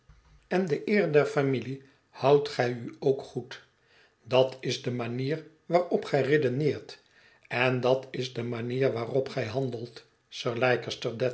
en de eer der familie houdt gij u ook goed dat is de manier waarop gij redeneert en dat is de manier waarop gij handelt sir